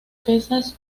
pesas